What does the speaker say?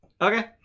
Okay